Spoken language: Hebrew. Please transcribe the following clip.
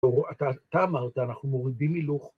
‫אתה אמרת, אנחנו מורידים הילוך.